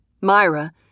Myra